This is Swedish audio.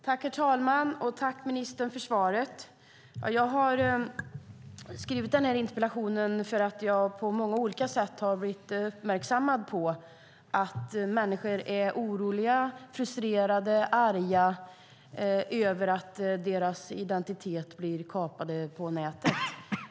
Herr talman! Tack, ministern, för svaret! Jag har skrivit den här interpellationen för att jag på många olika sätt har blivit uppmärksammad på att människor är oroliga, frustrerade och arga över att deras identitet blir kapad på nätet.